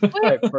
right